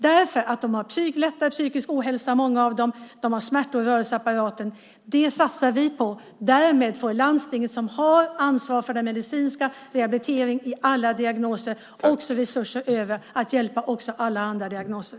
Många av dem har lättare psykisk ohälsa och smärtor i rörelseapparaten. Dem satsar vi på. Därmed får landstingen som har ansvaret för den medicinska rehabiliteringen och diagnoser också resurser över att hjälpa alla andra diagnoser.